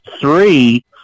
three